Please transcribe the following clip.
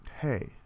Hey